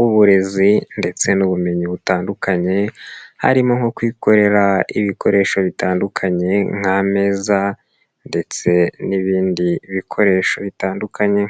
uburezi ndetse n'ubumenyi butandukanye, harimo nko kwikorera ibikoresho bitandukanye nk'ameza ndetse n'ibindi bikoresho bitandukanye.